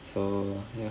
so ya